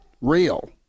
real